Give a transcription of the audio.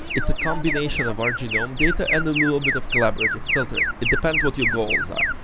it's a combination of our genome data and a little bit of collaborative filtering. it depends what your goals are.